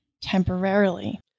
temporarily